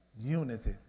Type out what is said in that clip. Unity